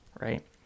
right